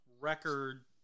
record